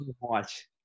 watch